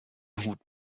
hut